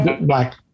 black